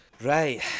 Right